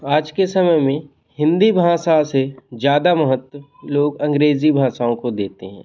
आज के समय में हिंदी भाषा से ज़्यादा महत्व लोग अंग्रेजी भाषाओं को देते हैं